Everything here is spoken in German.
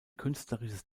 künstlerisches